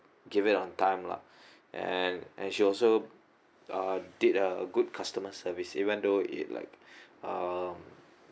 give it on time lah and and she also uh did a good customer service even though it like um